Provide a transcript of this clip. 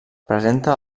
presenta